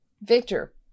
Victor